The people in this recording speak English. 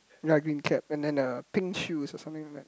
ya green cap and then a pink shoes something like that